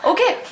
Okay